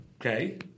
Okay